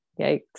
yikes